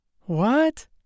What